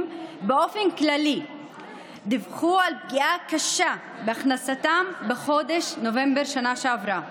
באופן כללי דיווחו על פגיעה קשה בהכנסתם בחודש נובמבר בשנה שעברה,